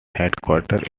headquartered